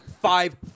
five